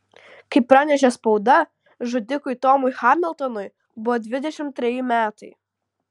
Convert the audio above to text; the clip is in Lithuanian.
kaip pranešė spauda žudikui tomui hamiltonui buvo dvidešimt treji metai